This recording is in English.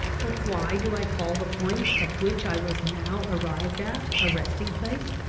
but why do i call the point at which i was now arrived at a resting-place?